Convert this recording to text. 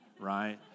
right